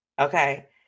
Okay